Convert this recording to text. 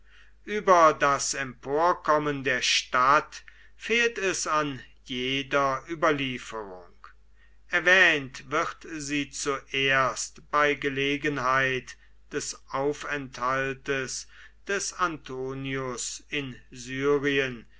über das emporkommen der stadt fehlt es an jeder ueberlieferung erwähnt wird sie zuerst bei gelegenheit des aufenthaltes des antonius in syrien